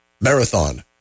Marathon